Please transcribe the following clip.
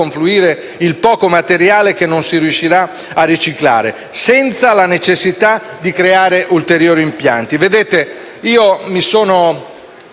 poter far confluire il poco materiale che non si riuscirà a riciclare, senza la necessità di creare ulteriori impianti.